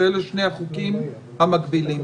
שאלה שני החוקים המקבילים?